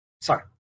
Sorry